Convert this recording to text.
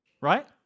Right